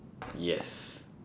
yes